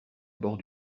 bord